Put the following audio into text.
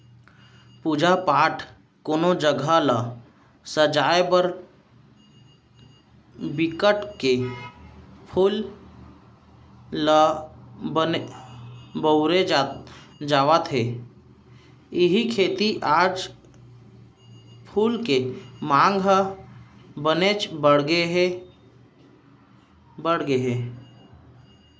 पूजा पाठ, कोनो जघा ल सजाय बर बिकट के फूल ल बउरे जावत हे इहीं सेती आज फूल के मांग ह बनेच बाड़गे गे हे